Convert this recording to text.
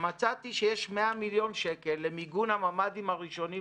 שמצאתי שיש 100 מיליון למיגון הממ"דים הראשונים,